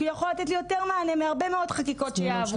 כי הוא יכול לתת לי יותר מענה מהרבה מאוד חקיקות שיעברו.